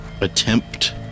attempt